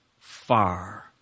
far